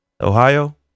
Ohio